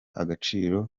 agaciro